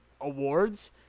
awards